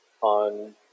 on